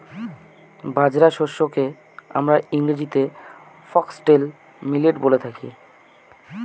বাজরা শস্যকে আমরা ইংরেজিতে ফক্সটেল মিলেট বলে থাকি